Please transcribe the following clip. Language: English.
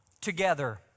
together